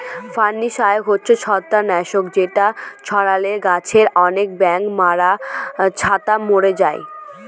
fungicide হচ্ছে ছত্রাক নাশক যেটা ছড়ালে গাছে আনেক ব্যাঙের ছাতা মোরে যায়